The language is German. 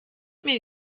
mir